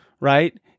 right